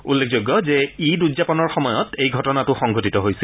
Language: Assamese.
উল্লেখযোগ্য যে ঈদ উদযাপনৰ সময়ত এই ঘটনাতো সংঘটিত হৈছিল